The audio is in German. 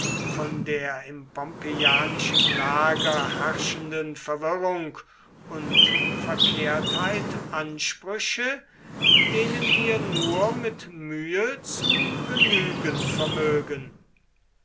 von der im pompeianischen lager herrschenden verwirrung und verkehrtheit ansprüche denen wir nur mit mühe zu genügen vermögen